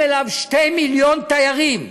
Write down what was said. תאמין לי.